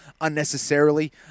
unnecessarily